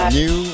new